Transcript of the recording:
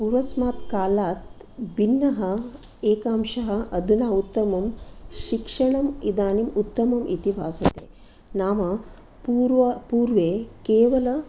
पूर्वस्मात् कालात् भिन्नः एकांशः अधुना उत्तमं शिक्षणम् इदानीम् उत्तमम् इति भासते नाम पूर्व पूर्वे केवल